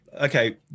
okay